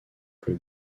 plus